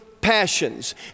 passions